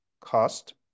cost